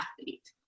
athlete